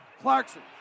Clarkson